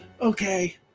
okay